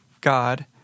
God